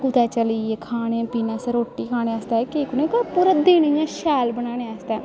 कुतै चली गे खाने पीने आस्तै रोटी खाने आस्तै पूरा दिन इ'यां शैल बनाने आस्तै